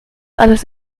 alles